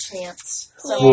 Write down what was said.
chance